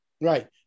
Right